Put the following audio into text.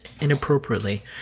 inappropriately